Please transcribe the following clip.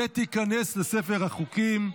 ותיכנס לספר החוקים.